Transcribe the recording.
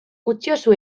utziozu